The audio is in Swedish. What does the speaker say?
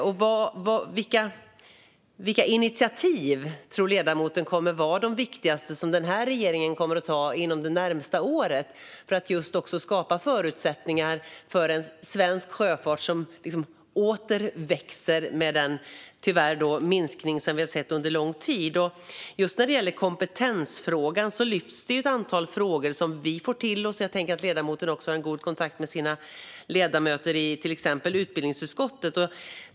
Vilka initiativ tror ledamoten kommer att vara de viktigaste som regeringen kommer att ta inom det närmaste året för att skapa förutsättningar för en svensk sjöfart som åter växer? Vi har ju tyvärr sett en minskning under lång tid. När det gäller kompetensfrågan lyfts ett antal frågor som vi får till oss, och jag tänker att ledamoten också har en god kontakt med sina kollegor till exempel i utbildningsutskottet.